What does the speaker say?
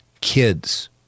kids